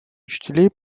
учителей